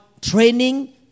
training